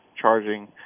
charging